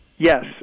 Yes